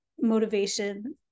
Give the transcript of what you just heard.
motivation